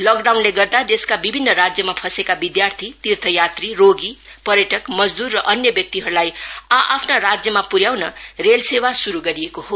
लकडाउनले गर्दा देशका विभिन्न राज्यमा फँसेका विदयार्थी तीर्थयात्री रोगी पर्यटक मजद्दर र अन्य व्यक्तिहरूलाई आ आफ्नो राज्यमा प्र्याउन रेल सेवा स्रू गरिएको हो